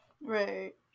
Right